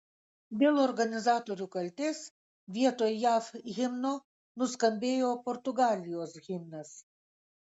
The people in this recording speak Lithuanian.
dėl organizatorių kaltės vietoj jav himno nuskambėjo portugalijos himnas